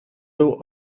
był